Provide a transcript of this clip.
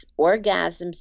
orgasms